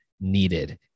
needed